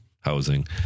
housing